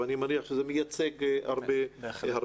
אבל אני מניח שזה מייצג הרבה קשיים.